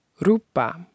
rupa